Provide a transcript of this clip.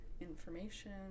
information